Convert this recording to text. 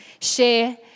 share